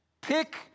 Pick